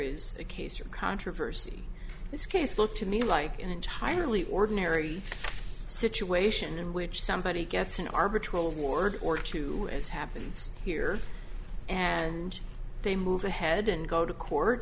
is a case or controversy this case looked to me like an entirely ordinary situation in which somebody gets an arbitrary award or two as happens here and they move ahead and go to court